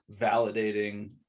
validating